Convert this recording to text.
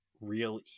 real